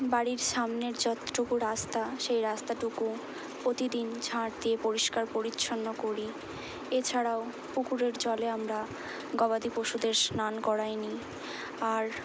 বাড়ির সামনের যতটুকু রাস্তা সেই রাস্তাটুকু প্রতিদিন ঝাঁট দিয়ে পরিষ্কার পরিচ্ছন্ন করি এছাড়াও পুকুরের জলে আমরা গবাদি পশুদের স্নান করায় নিই আর